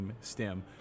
STEM